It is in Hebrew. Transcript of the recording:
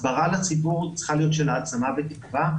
הסברה לציבור צריכה להיות של העצמה ותקווה,